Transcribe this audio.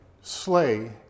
slay